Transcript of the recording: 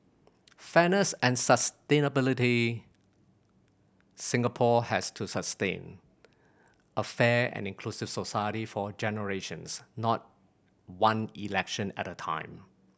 fairness and sustainability Singapore has to sustain a fair and inclusive society for generations not one election at a time